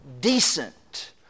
decent